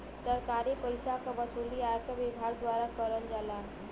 सरकारी पइसा क वसूली आयकर विभाग द्वारा करल जाला